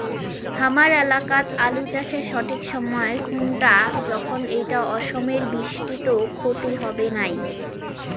হামার এলাকাত আলু চাষের সঠিক সময় কুনটা যখন এইটা অসময়ের বৃষ্টিত ক্ষতি হবে নাই?